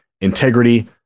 integrity